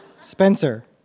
Spencer